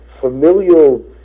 familial